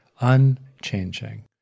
unchanging